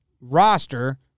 roster